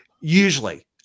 usually